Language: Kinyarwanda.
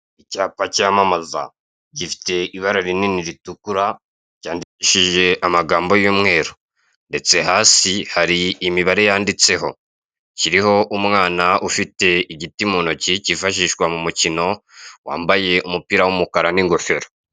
Icyapa cyamamaza gifite ibara rinini ritukura cyandikishije amagambo y'umweru ndetse hasi hari imibare yanditseho. Kiriho umwana ufite igiti mu ntoki kifashishwa mu mukino wambaye umupira w'umukara n'ingofero.